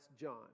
John